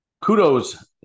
kudos